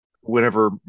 whenever